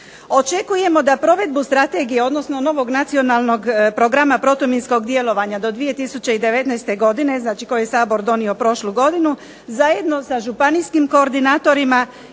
Očekujemo da provedbu strategije, odnosno novog Nacionalnog programa protuminskog djelovanja do 2019. godine, znači koji je Sabor donio prošlu godinu, zajedno sa županijskim koordinatorima i